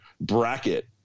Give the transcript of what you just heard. bracket